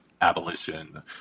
abolition